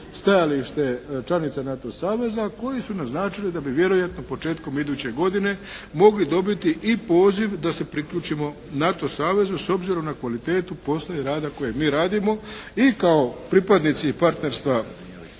stajalište članica NATO saveza koji su naznačili da bi vjerojatno početkom iduće godine mogli dobiti i poziv da se priključimo NATO savezu s obzirom na kvalitetu posla i rada koje mi radimo i kao pripadnici partnerstva